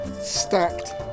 Stacked